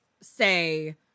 say